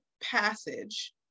passage